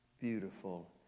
beautiful